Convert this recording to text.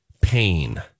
pain